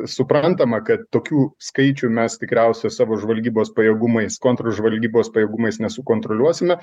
suprantama kad tokių skaičių mes tikriausia savo žvalgybos pajėgumais kontržvalgybos pajėgumais nesukontroliuosime